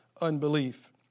unbelief